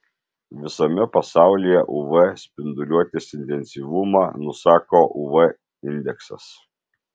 visame pasaulyje uv spinduliuotės intensyvumą nusako uv indeksas